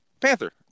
Panther